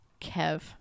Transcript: Kev